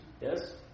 Yes